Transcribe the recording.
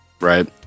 right